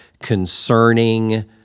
concerning